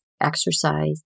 exercise